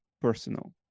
personal